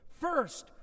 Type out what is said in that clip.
First